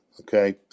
okay